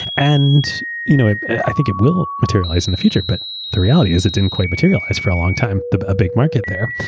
and you know ah i think it will materialize in the future, but the reality is it didn't quite materialize for a long time, the big market there.